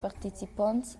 participonts